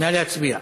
נא להצביע.